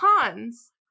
cons